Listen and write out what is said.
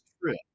trip